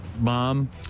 mom